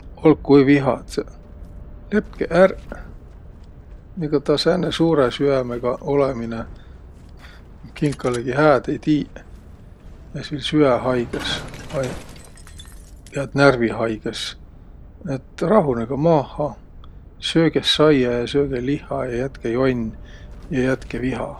Olku-ui vihadsõq! Lepkeq ärq! Egaq taa sääne suurõ süämega olõminõ kinkalõgi hääd ei tiiq. Jääs viil süä haigõs vai jäät närvihaigõs. Et rahunõgõq maaha, söögeq saia ja söögeq lihha ja jätkeq jonn ja jätke viha!